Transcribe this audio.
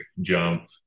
jump